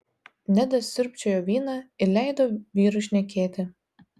nedas siurbčiojo vyną ir leido vyrui šnekėti